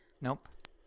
Nope